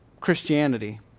Christianity